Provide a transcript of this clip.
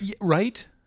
Right